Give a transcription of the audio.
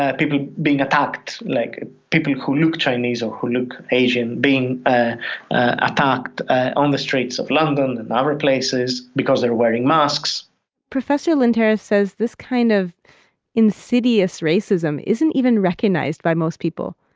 ah people being attacked, like ah people who look chinese or who look asian, being ah attacked ah on the streets of london and other places because they're wearing masks professor lynteris says this kind of insidious racism isn't even recognized by most people.